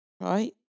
Right